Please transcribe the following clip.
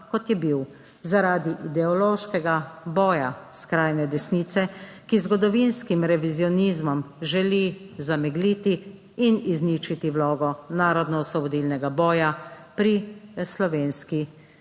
kot je bil, zaradi ideološkega boja skrajne desnice, ki z zgodovinskim revizionizmom želi zamegliti in izničiti vlogo Narodnoosvobodilnega boja pri slovenski